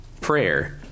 prayer